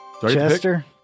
Chester